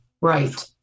right